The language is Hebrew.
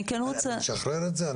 אני משחרר את זה?